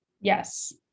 Yes